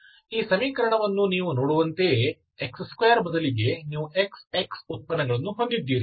ಈ ಸಮೀಕರಣವನ್ನು ನೀವು ನೋಡುವಂತೆಯೇ x2 ಬದಲಿಗೆ ನೀವು xx ಉತ್ಪನ್ನಗಳನ್ನು ಹೊಂದಿದ್ದೀರಿ